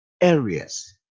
areas